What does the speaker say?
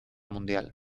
mundial